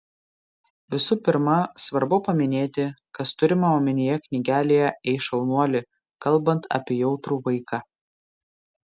visų pirma svarbu paminėti kas turima omenyje knygelėje ei šaunuoli kalbant apie jautrų vaiką